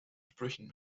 sprüchen